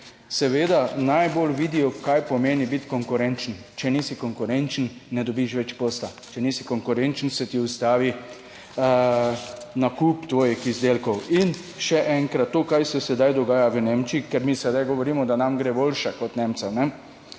seveda najbolj vidijo, kaj pomeni biti konkurenčen. Če nisi konkurenčen, ne dobiš več posla, če nisi konkurenčen, se ti ustavi nakup tvojih izdelkov. In še enkrat, to, kar se sedaj dogaja v Nemčiji, ker mi sedaj govorimo, da nam gre boljše kot Nemcem.